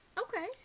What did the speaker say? okay